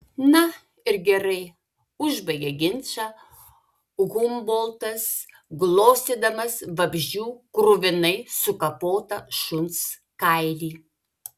na ir gerai užbaigė ginčą humboltas glostydamas vabzdžių kruvinai sukapotą šuns kailį